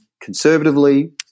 conservatively